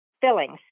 fillings